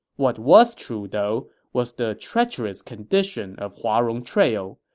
what was true, though, was the treacherous condition of huarong trail.